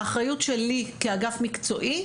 האחריות שלי כאגף מקצועי,